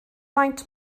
faint